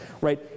right